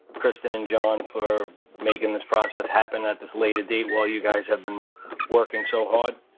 kristen, and john for making this process happen at this late a date while you guys have been working so hard.